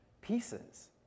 pieces